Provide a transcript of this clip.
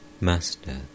Master